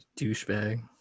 douchebag